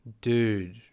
dude